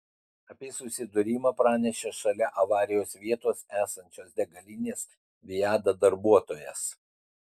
apie susidūrimą pranešė šalia avarijos vietos esančios degalinės viada darbuotojas